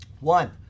One